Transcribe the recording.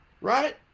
right